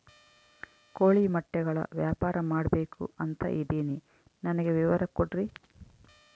ಕೋಳಿ ಮೊಟ್ಟೆಗಳ ವ್ಯಾಪಾರ ಮಾಡ್ಬೇಕು ಅಂತ ಇದಿನಿ ನನಗೆ ವಿವರ ಕೊಡ್ರಿ?